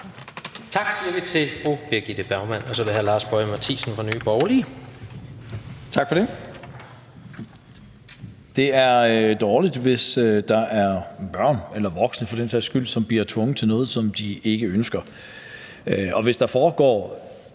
Det er dårligt, hvis der er børn eller voksne for den sags skyld, som bliver tvunget til noget, som de ikke ønsker, og hvis der foregår